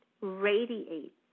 radiate